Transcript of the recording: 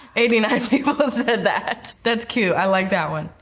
eighty nine people but said that. that's cute, i like that one.